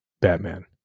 Batman